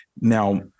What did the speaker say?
Now